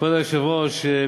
כבוד היושב-ראש,